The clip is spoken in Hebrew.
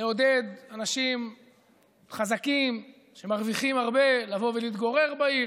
נעודד אנשים חזקים שמרוויחים הרבה לבוא ולהתגורר בעיר.